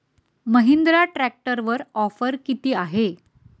महिंद्रा ट्रॅक्टरवर ऑफर किती आहे?